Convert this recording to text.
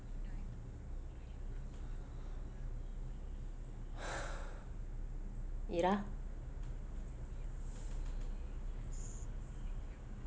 ira